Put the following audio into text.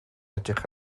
edrych